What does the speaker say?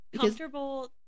Comfortable